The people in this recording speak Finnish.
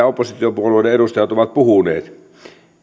oppositiopuolueiden edustajat ovat puhuneet